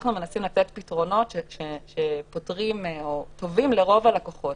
אנחנו מנסים לתת פתרונות שטובים לרוב הלקוחות,